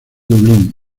dublín